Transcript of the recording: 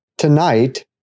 tonight